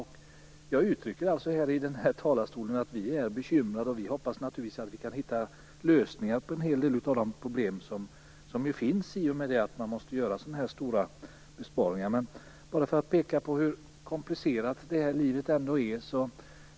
Jag uttrycker alltså här i talarstolen att vi är bekymrade. Vi hoppas att vi kan hitta lösningar på en hel del av de problem som finns när man måste göra så här stora besparingar. Låt mig peka på hur komplicerat det här livet är.